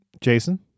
Jason